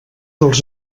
els